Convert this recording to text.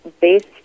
based